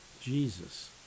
Jesus